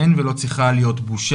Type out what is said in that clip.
אין ולא צריכה להיות בושה,